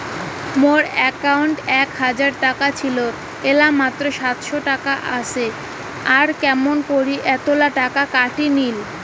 মোর একাউন্টত এক হাজার টাকা ছিল এলা মাত্র সাতশত টাকা আসে আর কেমন করি এতলা টাকা কাটি নিল?